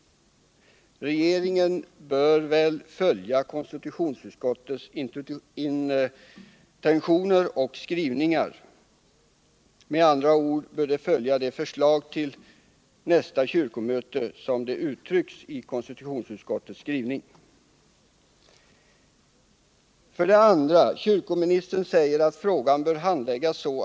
Regeringen bör väl följa konstitutionsutskottets intentioner och skrivningar. Med andra ord bör den följa det förslag till nästa kyrkomöte som uttrycks i konstitutionsutskottets skrivning. För det andra säger kyrkoministern att frågan bör handläggas så.